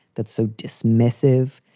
that so dismissive.